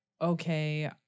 okay